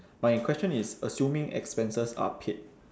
my question is assuming expenses are paid